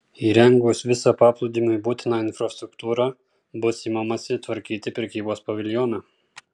įrengus visą paplūdimiui būtiną infrastruktūrą bus imamasi tvarkyti prekybos paviljoną